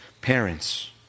Parents